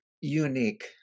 unique